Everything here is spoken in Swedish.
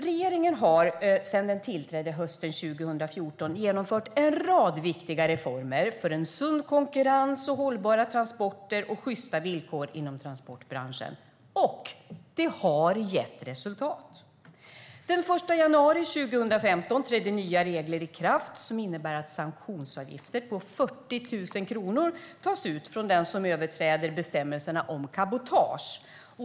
Regeringen har sedan den tillträdde hösten 2014 genomfört en rad viktiga reformer för sund konkurrens, hållbara transporter och sjysta villkor i transportbranschen - och det har gett resultat! Den 1 januari 2015 trädde nya regler i kraft som innebär att sanktionsavgifter på 40 000 kronor tas ut från den som överträder bestämmelserna om cabotage.